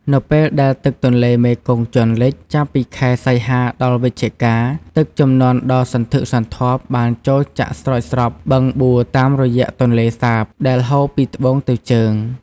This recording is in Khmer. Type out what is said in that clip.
នៅពេលដែលទឹកទន្លេមេគង្គជន់លិច ចាប់ពីខែ សីហា ដល់ វិច្ឆិកា ទឹកជំនន់ដ៏សន្ធឹកសន្ធាប់បានចូលចាក់ស្រោចស្រពបឹងបួរតាមរយៈទន្លេសាប ដែលហូរពីត្បូងទៅជើង។